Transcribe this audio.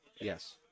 yes